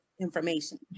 information